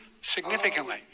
significantly